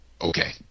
Okay